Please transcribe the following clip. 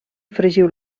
fregiu